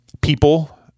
people